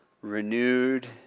renewed